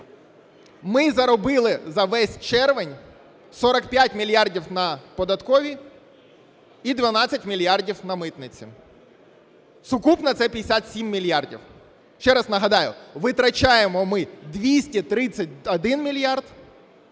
Ми заробили за весь червень 45 мільярдів на податковій і 12 мільярдів на митниці. Сукупно це 57 мільярдів. Ще раз нагадаю, витрачаємо ми 231 мільярд